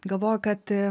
galvoju kad